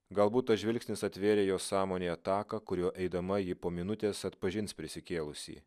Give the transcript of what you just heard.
galbūt tas žvilgsnis atvėrė jos sąmonėje taką kuriuo eidama ji po minutės atpažins prisikėlusįjį